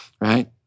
right